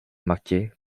marquer